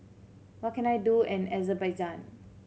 what can I do in Azerbaijan